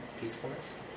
peacefulness